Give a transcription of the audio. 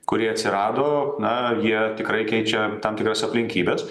kurie atsirado na jie tikrai keičia tam tikras aplinkybes